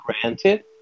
granted